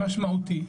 משמעותי,